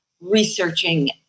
researching